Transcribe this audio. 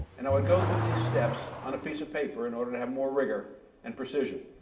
and i would go through these steps on a piece of paper in order to have more rigor and precision.